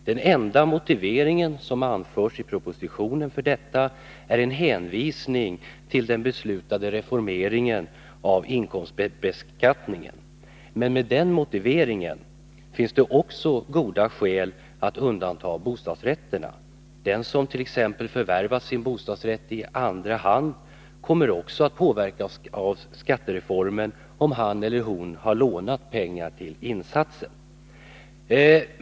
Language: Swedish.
Den enda motivering härför som anförs i propositionen är en hänvisning till den beslutade reformeringen av inkomstbeskattningen. Men med den motiveringen finns det också goda skäl att undanta bostadsrätterna. Också den som förvärvat sin bostadsrätt i andra hand kommer att påverkas av skattereformen, om han eller hon har lånat pengar till insatsen.